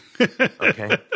okay